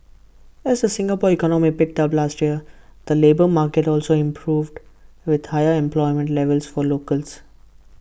as the Singapore economy picked up last year the labour market also improved with higher employment levels for locals